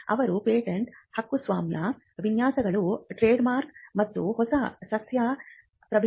ಅವರು ಪೇಟೆಂಟ್ ಹಕ್ಕುಸ್ವಾಮ್ಯ ವಿನ್ಯಾಸಗಳು ಟ್ರೇಡ್ಮಾರ್ಕ್ ಮತ್ತು ಹೊಸ ಸಸ್ಯ ಪ್ರಭೇದಗಳನ್ನು ಉತ್ಪಾದಿಸುತ್ತಾರೆ